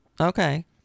Okay